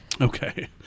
Okay